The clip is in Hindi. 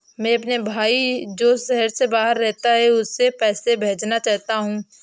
मैं अपने भाई जो शहर से बाहर रहता है, उसे पैसे भेजना चाहता हूँ